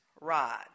rod